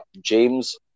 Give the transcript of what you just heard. James